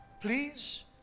Please